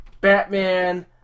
Batman